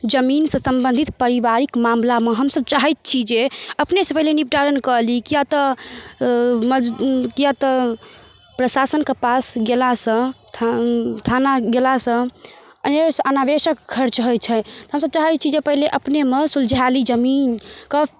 जमीनसँ सम्बन्धित पारिवारिक मामिलामे हमसभ चाहैत छी जे अपनहिसँ पहिले निपटारन कऽ ली किएक तऽ किएक तऽ प्रशासनके पास गेलासँ थ थाना गेलासँ अने अनावश्यक खर्च होइ छै तऽ हमसभ चाहै छी जे पहिले अपनेमे सुलझा ली जमीनके